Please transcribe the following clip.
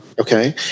Okay